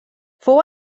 fou